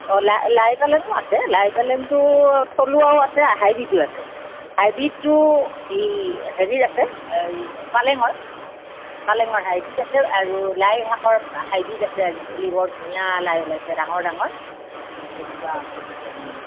অঁ লাই লাই পালেঙো আছে লাই পালেংটো থলুৱাও আছে হাইব্ৰীডো আছে হাইব্ৰীডটো এই হেৰিৰ আছে এই পালেংৰ পালেংৰ হাইব্ৰীড আছে আৰু লাই শাকৰ হাইব্ৰীড আছে আজিকালি বৰ ধুনীয়া লাই ওলাইছে ডাঙৰ ডাঙৰ সেনেকুৱা